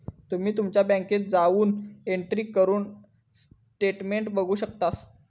तुम्ही तुमच्या बँकेत जाऊन एंट्री करून स्टेटमेंट बघू शकतास